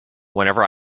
whenever